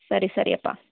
ಸರಿ ಸರಿ ಅಪ್ಪ